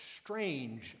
strange